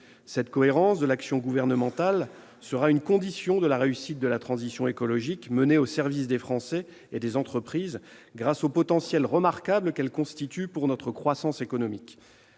La cohérence de l'action gouvernementale sera une condition de la réussite de la transition écologique menée au service des Français et des entreprises, grâce au potentiel remarquable qu'elle constitue pour la croissance économique.